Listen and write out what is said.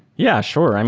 yeah. sure.